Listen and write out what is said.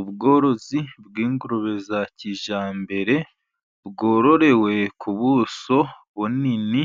Ubworozi bw'ingurube za kijyambere, zororewe ku buso bunini.